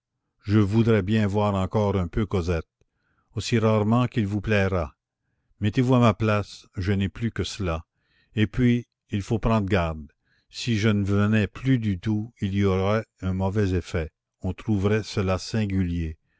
je voudrais bien voir encore un peu cosette aussi rarement qu'il vous plaira mettez-vous à ma place je n'ai plus que cela et puis il faut prendre garde si je ne venais plus du tout il y aurait un mauvais effet on trouverait cela singulier